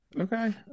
Okay